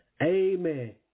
Amen